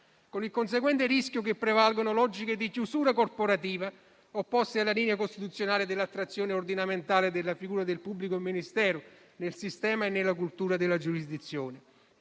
con il conseguente rischio che prevalgano logiche di chiusura corporativa opposte alla linea costituzionale dell'attrazione ordinamentale della figura del pubblico ministero nel sistema e nella cultura della giurisdizione.